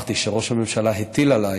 ושמחתי שראש הממשלה הטיל עליי